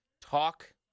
Talk